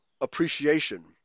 appreciation